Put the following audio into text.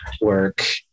work